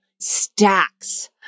stacks